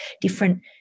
different